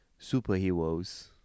superheroes